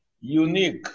unique